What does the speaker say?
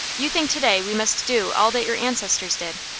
you think to-day we must do all that your ancestors did.